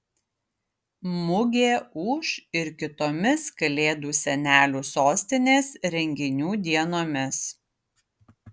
mugė ūš ir kitomis kalėdų senelių sostinės renginių dienomis